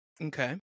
Okay